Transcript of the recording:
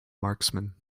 marksman